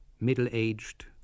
middle-aged